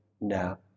now